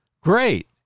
Great